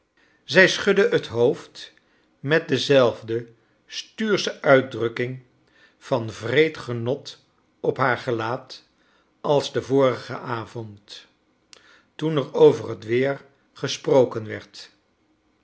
zij schudde het hoofd met dezelf j de stuursche uitdrukking van wreed genot op haar gelaat als den vorigen avond toen er over het weer gesproken werd